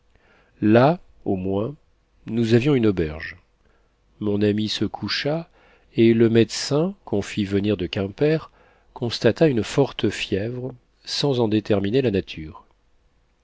là au moins nous avions une auberge mon ami se coucha et le médecin qu'on fit venir de quimper constata une forte fièvre sans en déterminer la nature